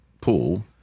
pool